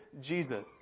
Jesus